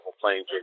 playing